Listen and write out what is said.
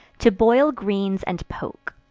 to boil greens and poke.